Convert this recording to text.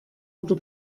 oder